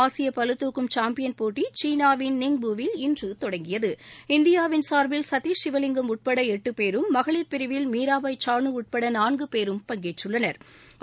ஆசிய பளுதூகத்கம் சாம்யின்போட்டியில் சீனாவின் தொடங்கியது இந்தியாவின் சாா்பில் சதிஷ் சிவலிங்கம் உட்பட எட்டு பேரும் மகளிர் பிரிவில் மீராபாய் சானு உட்பட நான்கு பேரும் பங்கேற்றுள்ளனா்